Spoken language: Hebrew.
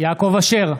יעקב אשר,